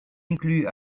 incluent